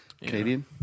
Canadian